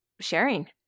sharing